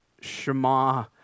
Shema